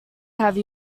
have